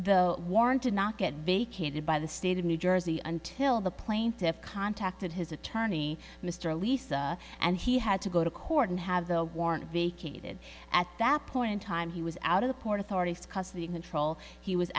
the warrant did not get vacated by the state of new jersey until the plaintiffs contacted his attorney mr elisa and he had to go to court and have the warrant vacated at that point in time he was out of the port authority custody control he was